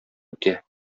үтә